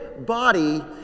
body